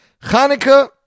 Hanukkah